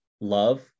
Love